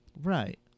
Right